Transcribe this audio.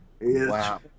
Wow